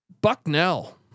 Bucknell